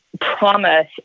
promise